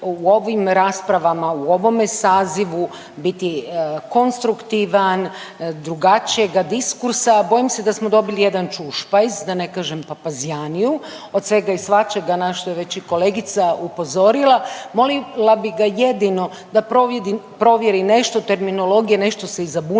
u ovim raspravama, u ovome sazivu biti konstruktivan, drugačijega diskursa. Bojim se da smo dobili jedan čušpajz da ne kažem papazjaniju od svega i svačega na što je već i kolegica upozorila. Molila bi ga jedino da provjeri nešto terminologije, nešto se zabunio